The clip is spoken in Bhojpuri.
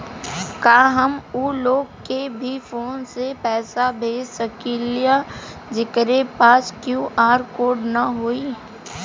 का हम ऊ लोग के भी फोन से पैसा भेज सकीला जेकरे पास क्यू.आर कोड न होई?